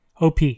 OP